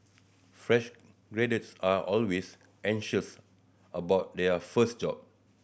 fresh graduates are always anxious about their first job